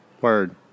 Word